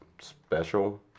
Special